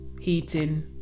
heating